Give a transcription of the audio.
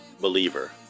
Believer